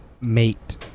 mate